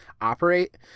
operate